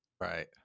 Right